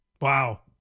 Wow